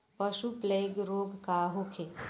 पशु प्लग रोग का होखे?